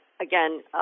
again